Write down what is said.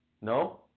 No